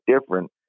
different